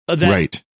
right